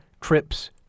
trips